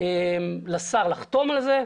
לשר לחתום על זה,